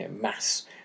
mass